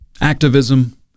activism